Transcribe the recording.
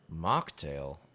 Mocktail